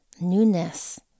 newness